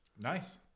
Nice